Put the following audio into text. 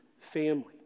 family